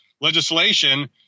legislation